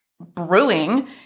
brewing